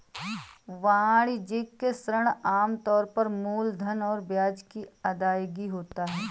वाणिज्यिक ऋण आम तौर पर मूलधन और ब्याज की अदायगी होता है